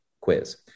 quiz